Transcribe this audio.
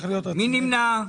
הרי אתם על ההגה.